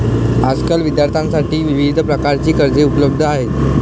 आजकाल विद्यार्थ्यांसाठी विविध प्रकारची कर्जे उपलब्ध आहेत